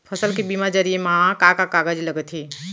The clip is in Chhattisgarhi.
फसल के बीमा जरिए मा का का कागज लगथे?